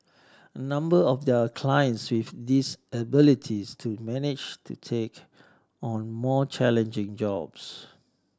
a number of their clients with disabilities do manage to take on more challenging jobs